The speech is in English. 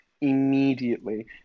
immediately